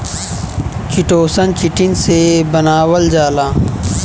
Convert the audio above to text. chitosan, chitin से बनावल जाला